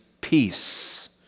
peace